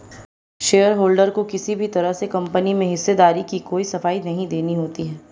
shareholder को किसी भी तरह से कम्पनी में हिस्सेदारी की कोई सफाई नहीं देनी होती है